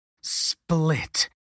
split